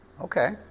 Okay